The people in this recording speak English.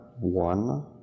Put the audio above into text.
one